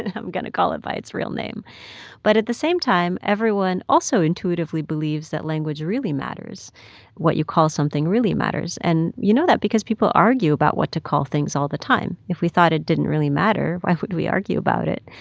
and i'm going to call it by its real name but at the same time, everyone also intuitively believes that language really matters what you call something really matters. and you know that because people argue about what to call things all the time. if we thought it didn't really matter, why would we argue about it?